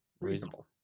reasonable